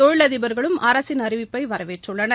தொழிலதிபர்களும் அரசின் அறிவிப்பை வரவேற்றுள்ளனர்